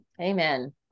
Amen